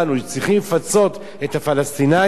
צריכים לפצות את הפלסטינים,